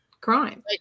crime